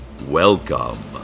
Welcome